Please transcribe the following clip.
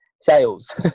sales